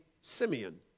Simeon